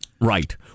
Right